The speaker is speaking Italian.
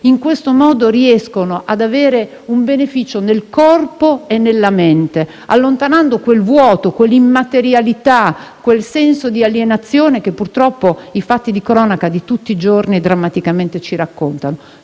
in questo modo riescono ad avere un beneficio nel corpo e nella mente, allontanando il vuoto, l'immaterialità e il senso di alienazione che purtroppo i fatti di cronaca di tutti i giorni drammaticamente ci raccontano.